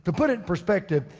put it in perspective.